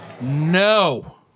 No